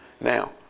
Now